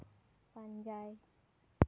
ᱯᱟᱸᱡᱟᱭ